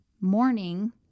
morning